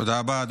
תודה רבה.